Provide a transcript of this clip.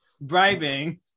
Bribing